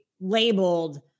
labeled